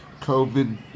COVID